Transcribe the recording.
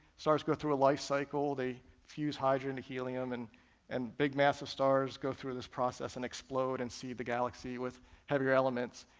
stars go through a life cycle, they fuse hydrogen to helium, and and big massive stars go though this process and explode and seed the galaxy with heavier elements,